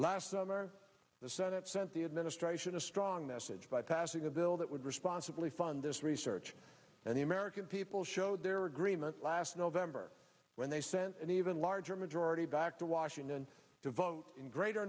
last summer the senate sent the administration a strong message by passing a bill that would responsibly fund this research and the american people showed their agreement last november when they sent an even larger majority back to washington to vote in greater